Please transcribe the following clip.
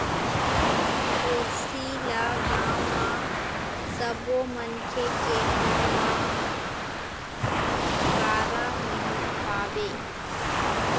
गोरसी ल गाँव म सब्बो मनखे के घर म बारा महिना पाबे